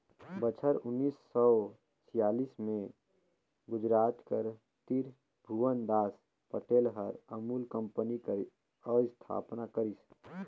बछर उन्नीस सव छियालीस में गुजरात कर तिरभुवनदास पटेल हर अमूल कंपनी कर अस्थापना करिस